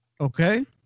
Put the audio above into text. Okay